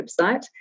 website